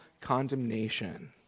condemnation